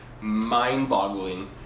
mind-boggling